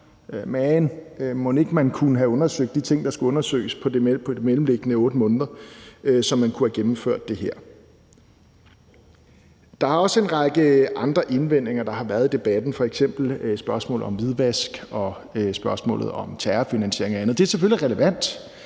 men mon ikke man kunne have undersøgt de ting, der skulle undersøges, i de mellemliggende 8 måneder, så man kunne have gennemført det her? Der har også været en række andre indvendinger i debatten, f.eks. spørgsmålet om hvidvask og spørgsmålet om terrorfinansiering og andet. Det er selvfølgelig relevant,